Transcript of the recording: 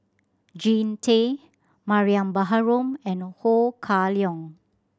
Jean Tay Mariam Baharom and Ho Kah Leong